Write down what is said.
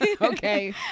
Okay